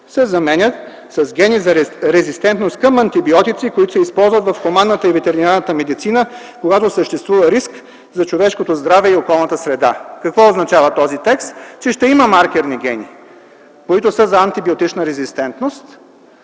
се заменят с „гени за резистентност към антибиотици, който се използва в хуманната и ветеринарната медицина, когато съществува риск за човешкото здраве и околната среда”. Какво означава този текст? Че ще има маркерни гени, които са за антибиотична резистентност